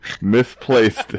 misplaced